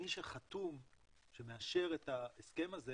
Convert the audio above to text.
מי שחתום שמאשר את ההסכם הזה